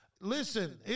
Listen